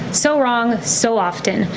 so wrong so often.